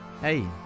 hey